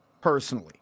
personally